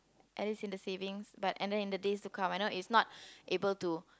at least in the savings but at the end of the days to come I know it's not able to